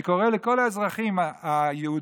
אני קורא לכל האזרחים היהודים,